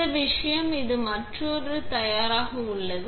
இந்த விஷயம் இது மற்றொரு ஒரு தயாராக உள்ளது